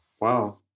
Wow